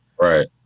Right